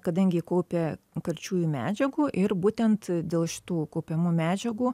kadangi kaupia karčiųjų medžiagų ir būtent dėl šitų kaupiamų medžiagų